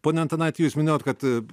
pone antanaiti jūs minėjot kad